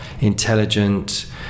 intelligent